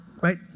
right